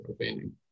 painting